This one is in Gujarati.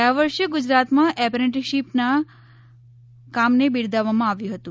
ગયા વર્ષે ગુજરાતમાં એપ્રેન્ટીશીપના કામને બિરદાવવામાં આવ્યું હતું